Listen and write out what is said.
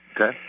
Okay